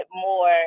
more